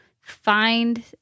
find